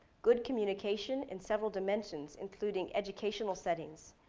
good communication in several dimensions, including educational settings,